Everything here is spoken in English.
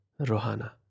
rohana